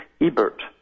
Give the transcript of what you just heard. Ebert